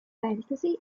fantasy